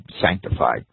sanctified